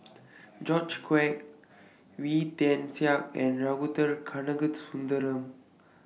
George Quek Wee Tian Siak and